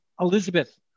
Elizabeth